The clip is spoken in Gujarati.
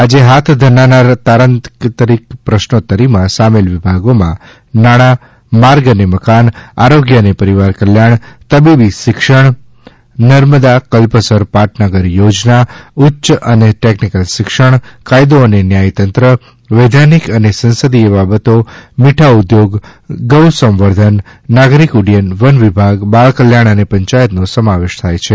આજે હાથ ધરાનાર તારાંકિત પ્રશ્નોતરી માં સામેલ વિભાગો માં નાણાં માર્ગ અને મકાન આરોગ્ય અને પરીવાર કલ્યાણ તબીબી શિક્ષણ નર્મદા કલ્પસર પાટનગર યોજના ઉચ્ય અને ટેકનીકલ શિક્ષણ કાયદો અને ન્યાયતંત્ર વૈધાનિક અને સંસદીય બાબતો મીઠા ઉદ્યોગ ગો સંવર્ધન નાગરીક ઉડયન વન વિભાગ બાળ કલ્યાણ અને પંચાયત નો સમાવેશ થાય છે